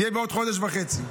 תהיה בעוד חודש וחצי.